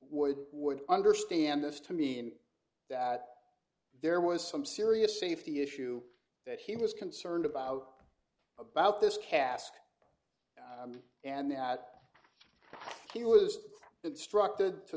would would understand this to mean that there was some serious safety issue that he was concerned about about this cask and that thank you was instructed to